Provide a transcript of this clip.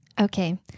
Okay